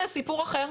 זה סיפור אחר.